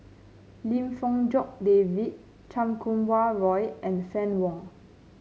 Lim Fong Jock David Chan Kum Wah Roy and Fann Wong